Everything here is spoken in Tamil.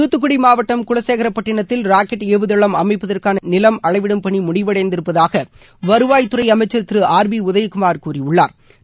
தூத்துக்குடி மாவட்டம் குலசேகரப்பட்டினத்தில் ராக்கெட் ஏவுதளம் அமைப்பதற்கான நிலம் அளவிடும் பணி முடிவடைந்திருப்பதாக வருவாய் துறை அமைக்கா் திரு ஆர் பி உதயகுமாா் கூறியுள்ளாா்